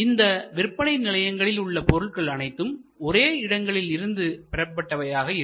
இந்த விற்பனை நிலையங்களில் உள்ள பொருள்கள் அனைத்தும் ஒரே இடங்களில் இருந்து பெறப்பட்ட வையாக இருக்கும்